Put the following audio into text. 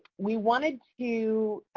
we wanted to,